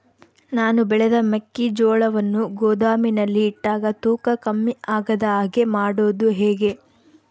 ನಾನು ಬೆಳೆದ ಮೆಕ್ಕಿಜೋಳವನ್ನು ಗೋದಾಮಿನಲ್ಲಿ ಇಟ್ಟಾಗ ತೂಕ ಕಮ್ಮಿ ಆಗದ ಹಾಗೆ ಮಾಡೋದು ಹೇಗೆ?